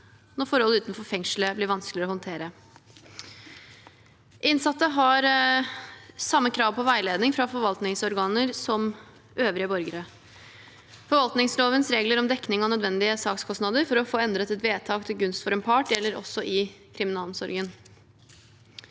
når forhold utenfor fengselet blir vanskelige å håndtere. Innsatte har samme krav på veiledning fra forvaltningsorganer som øvrige borgere. Forvaltningslovens regler om dekning av nødvendige sakskostnader for å få endret et vedtak til gunst for en part, gjelder også i kriminalomsorgen.